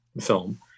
film